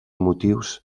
motius